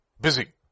Busy